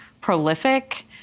prolific